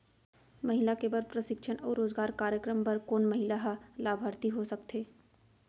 महिला के बर प्रशिक्षण अऊ रोजगार कार्यक्रम बर कोन महिला ह लाभार्थी हो सकथे?